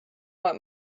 what